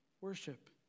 worship